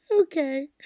Okay